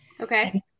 Okay